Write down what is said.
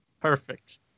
Perfect